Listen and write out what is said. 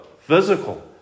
physical